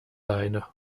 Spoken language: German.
leine